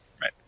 right